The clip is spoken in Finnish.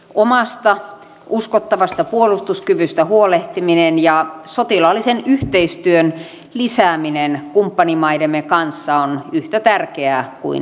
omasta uskottavasta puolustuskyvystä huolehtiminen ja sotilaallisen yhteistyön lisääminen kumppanimaidemme kanssa on yhtä tärkeää kuin ennenkin